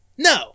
No